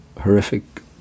horrific